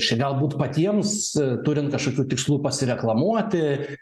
čia galbūt patiems turint kažkokių tikslų pasireklamuoti